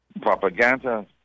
propaganda